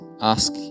Ask